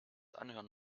anhören